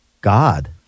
god